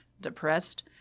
depressed